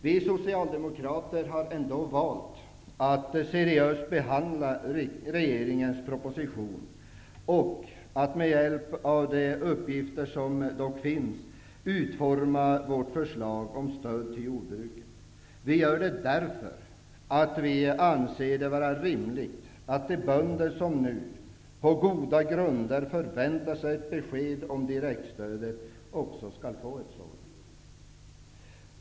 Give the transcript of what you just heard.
Vi socialdemokrater har ändå valt att seriöst behandla regeringens proposition och att, med hjälp av de uppgifter som dock finns, utforma vårt förslag om stöd till jordbruket. Vi gör det därför att vi anser det vara rimligt att de bönder som nu, på goda grunder, förväntar sig ett besked om direktstödet också skall få ett sådant.